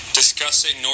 discussing